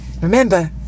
Remember